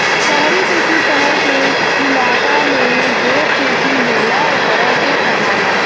शहरी कृषि, शहर के इलाका मे जो खेती होला ओकरा के कहाला